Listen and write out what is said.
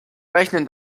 rechnen